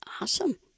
Awesome